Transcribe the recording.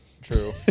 true